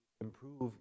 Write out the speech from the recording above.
improve